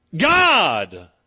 God